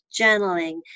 journaling